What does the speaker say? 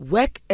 Work